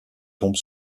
tombe